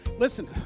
Listen